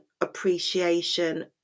appreciation